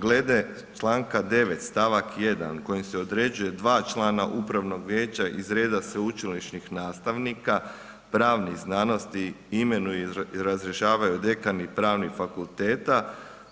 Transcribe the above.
Glede članka 9. stavak 1. kojim se uređuje dva člana upravnog vijeća iz reda sveučilišnih nastavnika pravnih znanosti, imenuju i razrješavaju dekani pravnih fakulteta,